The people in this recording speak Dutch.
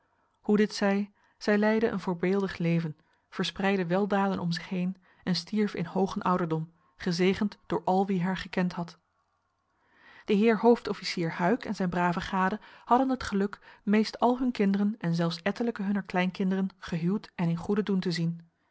hoe dit zij zij leidde een voorbeeldig leven verspreidde weldaden om zich heen en stierf in hoogen ouderdom gezegend door al wie haar gekend had de heer hoofdofficier huyck en zijn brave gade hadden het geluk meest al hun kinderen en zelfs ettelijke hunner kleinkinderen gehuwd en in goeden doen te zien